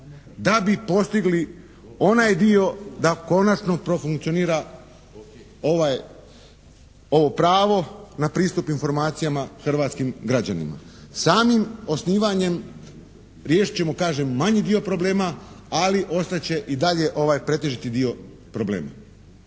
da bi postigli onaj dio da konačno profunkcionira ovaj, ovo pravo na pristup informacijama hrvatskim građanima. Samim osnivanjem riješit ćemo kažem manji dio problema, ali ostat će i dalje ovaj pretežiti dio problema